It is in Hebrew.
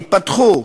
יתפתחו,